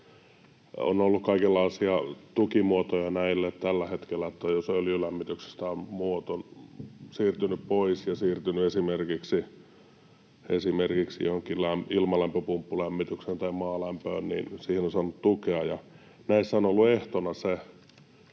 on ollut kaikenlaisia tukimuotoja tällä hetkellä. Jos öljylämmityksestä on siirtynyt pois ja siirtynyt esimerkiksi johonkin ilmalämpöpumppulämmitykseen tai maalämpöön, niin siihen on saanut tukea, ja näissä on ollut ehtona,